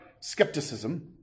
skepticism